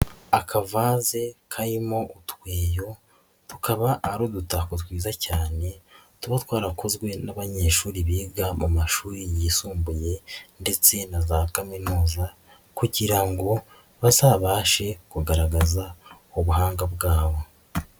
Akavaze karimo utweyo tukaba ari udutako twiza cyane tuba twarakozwe n'abanyeshuri biga mu mashuri yisumbuye ndetse na za kaminuza kugira ngo bazabashe kugaragaza ubuhanga bwabo.